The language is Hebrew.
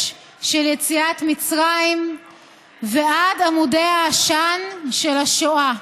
של יציאת מצרים ועד עמודי העשן של השואה.